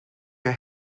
your